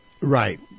Right